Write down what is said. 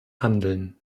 handeln